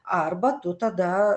arba tu tada